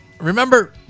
remember